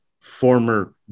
former